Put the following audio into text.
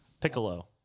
Piccolo